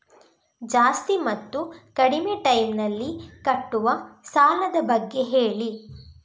ಜಾಸ್ತಿ ಮತ್ತು ಕಡಿಮೆ ಟೈಮ್ ನಲ್ಲಿ ಕಟ್ಟುವ ಸಾಲದ ಬಗ್ಗೆ ಹೇಳಿ